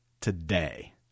today